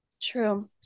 true